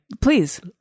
Please